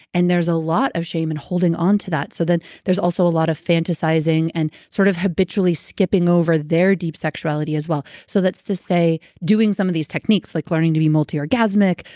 and there's a lot of shame and holding onto that, so then there's also a lot of fantasizing and sort of habitually skipping over their deep sexuality as well. so that's to say doing some of these techniques like learning to be multi-orgasmic,